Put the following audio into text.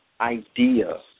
idea